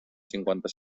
cinquanta